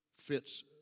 fits